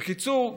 בקיצור,